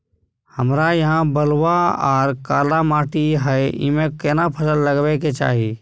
हमरा यहाँ बलूआ आर काला माटी हय ईमे केना फसल लगबै के चाही?